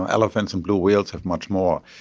and elephants and blue whales have much more.